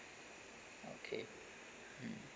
okay mm